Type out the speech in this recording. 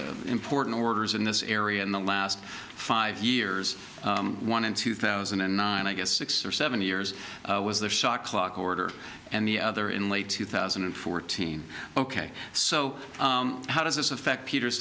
really important orders in this area in the last five years one in two thousand and nine i guess six or seven years was the shot clock order and the other in late two thousand and fourteen ok so how does this affect peters